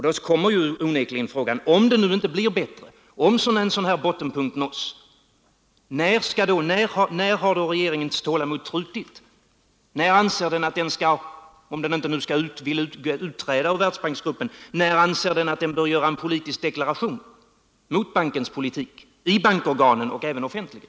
Då uppstår onekligen frågan: Om det nu inte blir bättre och om en sådan här bottenpunkt nu nåtts, när skall då regeringens tålamod tryta? Om regeringen nu inte vill att Sverige skall utträda ur Världsbanksgruppen, när anser regeringen då att den bör göra en politisk deklaration mot bankens politik, i bankorganen och även offentligt?